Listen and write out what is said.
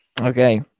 Okay